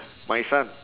my son